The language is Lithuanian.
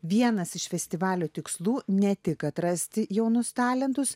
vienas iš festivalio tikslų ne tik atrasti jaunus talentus